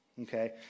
okay